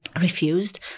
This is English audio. Refused